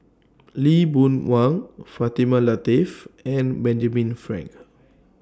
Lee Boon Wang Fatimah Lateef and Benjamin Frank